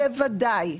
בוודאי.